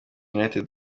united